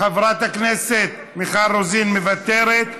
חברת הכנסת מיכל רוזין, מוותרת,